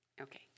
Okay